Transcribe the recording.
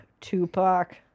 Tupac